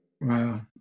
Wow